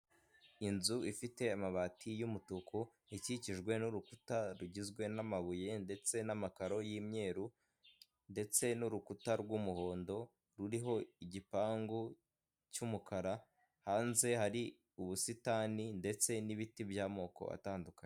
Inzu ifite amabati y'umutuku ikikijwe n'urukuta rugizwe n'amabuye ndetse n'amakaro y'imyeru ndetse n'urukuta rw'umuhondo ruriho igipangu cy'umukara, hanze hari ubusitani ndetse n'ibiti by'amoko atandukanye.